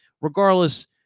regardless